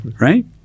Right